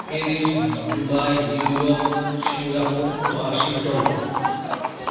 Paris Dubai New York Singapore Washington